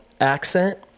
accent